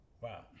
wow